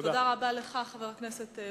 תודה רבה לך, חבר הכנסת אקוניס.